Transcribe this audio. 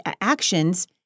actions